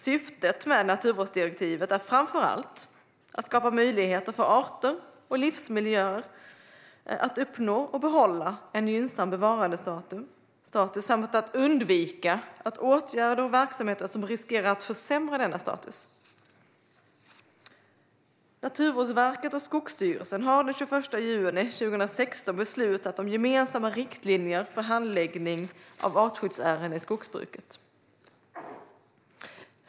Syftet med naturvårdsdirektiven är framför allt att skapa möjligheter för arter och livsmiljöer att uppnå och behålla en gynnsam bevarandestatus samt att undvika åtgärder och verksamheter som riskerar att försämra denna status. Naturvårdsverket och Skogsstyrelsen har den 21 juni 2016 beslutat om gemensamma riktlinjer för handläggning av artskyddsärenden i skogsbruket.